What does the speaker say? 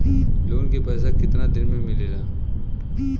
Loan के पैसा कितना दिन मे मिलेला?